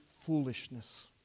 foolishness